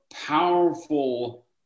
powerful